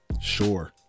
sure